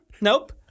Nope